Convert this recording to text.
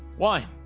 why